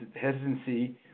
hesitancy